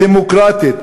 הדמוקרטית,